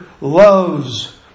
loves